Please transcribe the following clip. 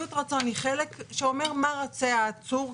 שביעות רצון היא חלק שאומר מה רוצה העצור.